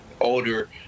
older